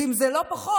ואם זה לא מספיק,